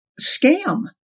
scam